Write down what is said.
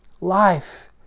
Life